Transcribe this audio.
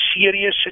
serious